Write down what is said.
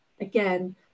Again